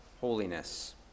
holiness